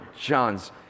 John's